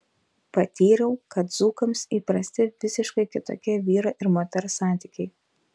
patyriau kad dzūkams įprasti visiškai kitokie vyro ir moters santykiai